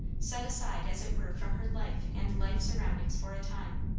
set aside as it were from her life and life surroundings for a time.